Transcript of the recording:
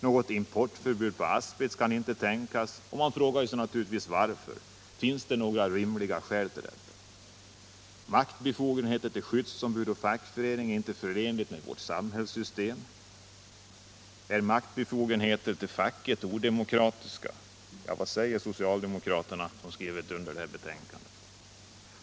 Något importförbud på asbest kan inte tänkas. Man frågar sig: Varför? Finns det något rimligt skäl? Maktbefogenheter till skyddsombud och fackförening är inte förenliga med vårt samhällssystem. Är maktbefogenheter till facket odemokratiska? Vad säger socialdemokraterna, som har skrivit under detta betänkande?